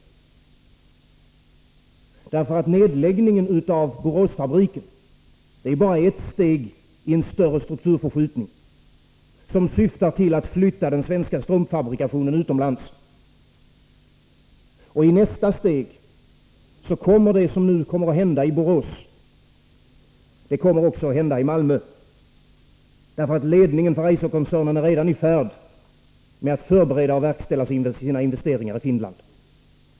Nedläggningen av Boråsfabriken är nämligen bara ett steg i en större Nr 55 strukturförskjutning, som syftar till att flytta den svenska strumpfabrikatio Onsdagen den nen utomlands. Det som nu kommer att hända i Borås kommer i nästa steg 21 december 1983 att hända också i Malmö — ledningen för Eiserkoncernen är redan i färd med att förbereda och verkställa sina investeringar i Finland.